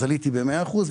אז עליתי ב-100 אחוזים,